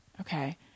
Okay